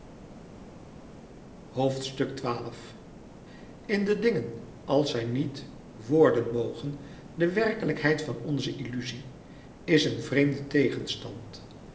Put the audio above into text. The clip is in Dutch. couperus metamorfoze in de dingen als zij niet worden mogen de werkelijkheid van onze illuzie is een vreemde tegenstand